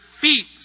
feet